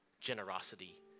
generosity